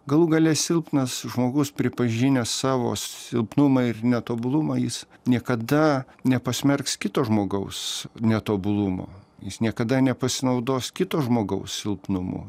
galų gale silpnas žmogus pripažinęs savo silpnumą ir netobulumą jis niekada nepasmerks kito žmogaus netobulumo jis niekada nepasinaudos kito žmogaus silpnumu